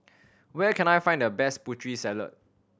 where can I find the best Putri Salad